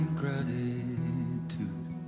gratitude